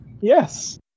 Yes